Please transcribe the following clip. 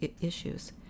issues